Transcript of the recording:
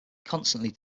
constantly